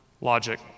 logic